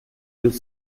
deux